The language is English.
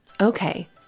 Okay